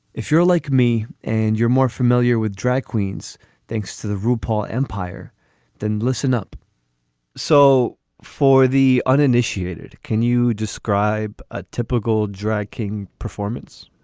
if you're like me and you're more familiar with drag queens thanks to the ru paul empire then listen up so for the uninitiated can you describe a typical drag king performance